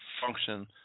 function